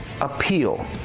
appeal